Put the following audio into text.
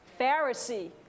Pharisee